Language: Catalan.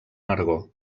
nargó